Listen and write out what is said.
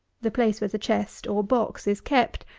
the place where the chest, or box, is kept,